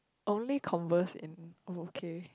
only converse in okay